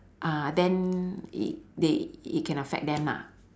uh then it they it can affect them lah